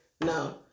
No